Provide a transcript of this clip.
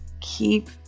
keep